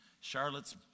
Charlotte's